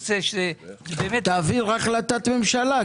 תעביר החלטת ממשלה,